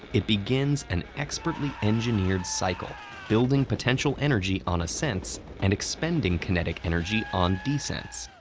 it begins an expertly engineered cycle building potential energy on ascents and expending kinetic energy on descents.